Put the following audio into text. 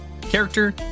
Character